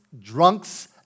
drunks